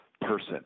person